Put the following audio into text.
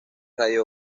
radio